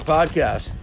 Podcast